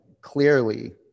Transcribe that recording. clearly